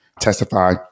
testify